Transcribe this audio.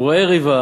הוא רואה ריבה.